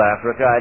Africa